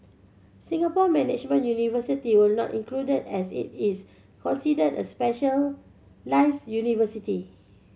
Singapore Management University was not included as it is considered a specialised university